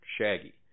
shaggy